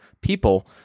people